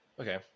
okay